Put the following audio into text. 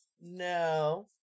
No